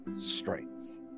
strength